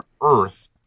Earth